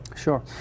Sure